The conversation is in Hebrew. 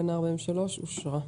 תקנה 43 אושרה פה-אחד.